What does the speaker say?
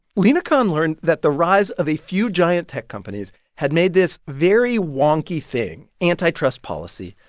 lina khan learned that the rise of a few giant tech companies had made this very wonky thing, antitrust policy,